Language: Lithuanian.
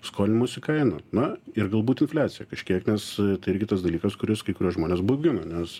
skolinimosi kaina na ir galbūt infliaciją kažkiek nes tai irgi tas dalykas kuris kai kuriuos žmones baugina nes